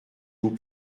vous